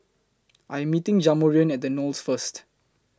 I Am meeting Jamarion At The Knolls First